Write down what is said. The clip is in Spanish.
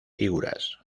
figuras